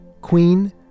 queen